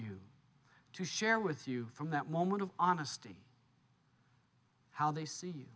you to share with you from that moment of honesty how they see